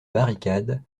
barricade